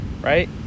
right